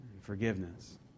forgiveness